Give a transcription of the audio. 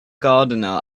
gardener